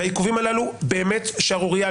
והעיכובים הללו באמת שערורייה,